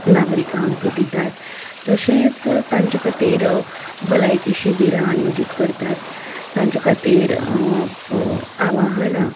नागरिकांक दितात तशेंच तांचे खातीर भलायकी शिबिरां आयोजीत करतात तांचे खातीर आव्हहनां